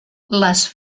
les